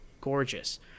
gorgeous